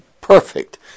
Perfect